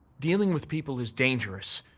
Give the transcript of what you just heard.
dealing with people is dangerous.